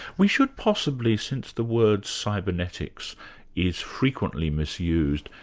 we should possibly, since the word cybernetics is frequently misused,